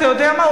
אתה יודע מה,